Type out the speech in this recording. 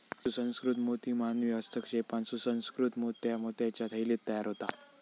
सुसंस्कृत मोती मानवी हस्तक्षेपान सुसंकृत मोत्या मोत्याच्या थैलीत तयार होता